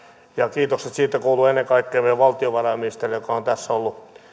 kiitokset siitä kuuluvat ennen kaikkea meidän valtiovarainministerille joka on tässä